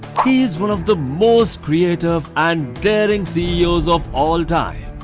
he's one of the most creative and daring ceo of all time.